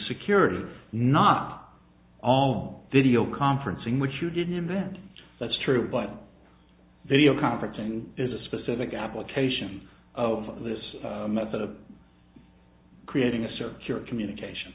security not all video conferencing which you didn't invent that's true but video conferencing is a specific application of this method of creating a circular communication